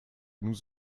nous